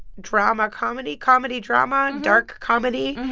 drama comedy. comedy drama? and dark comedy.